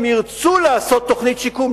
אם ירצו לעשות תוכנית שיקום,